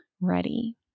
ready